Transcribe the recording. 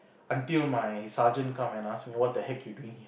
until my sergeant come and ask me what the heck you doing